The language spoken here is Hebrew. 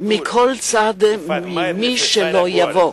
מכל צד, ממי שלא יבוא.